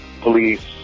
police